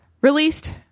released